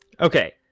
okay